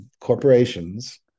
corporations